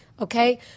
okay